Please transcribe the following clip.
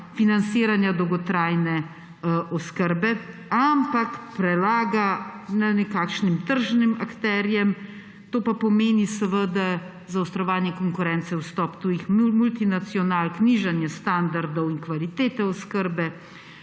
financiranja dolgotrajne oskrbe, ampak prelaga na nekakšne tržne akterje, to pa pomeni seveda zaostrovanje konkurence, vstop tujih multinacionalk, nižanje standardov in kvalitete oskrbe,